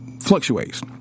fluctuates